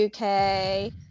UK